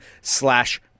slash